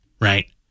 right